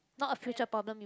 not a future problem you mean